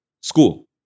school